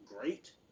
great